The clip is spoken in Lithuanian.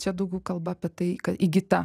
čia daugiau kalba apie tai kad įgyta